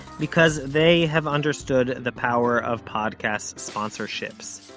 because they have understood the power of podcast sponsorships!